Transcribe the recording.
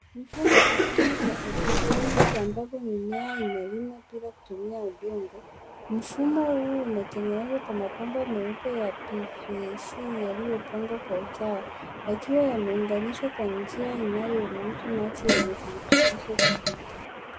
Mfumo wa kilimo cha hydroponics ambapo mimea imelimwa kutumia udongo mfumo huu umetengenezwa kwa mapambo meupe ya pvc yaliyopangwa kwa usawa yakiwa yameunganishwa kwa njia inayoruhusu maji yenye virutubisho kupita.